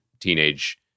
teenage